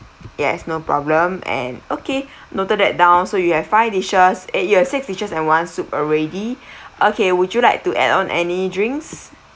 yes no problem and okay noted that down so you have five dishes it your six dishes and one soup already okay would you like to add on any drinks